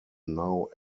now